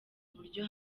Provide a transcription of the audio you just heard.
uburyo